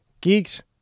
geeks